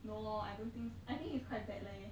no lah I don't think I think it's quite bad lah